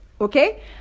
okay